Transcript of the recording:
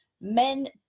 men